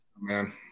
man